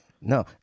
no